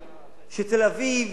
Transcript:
שתל-אביב,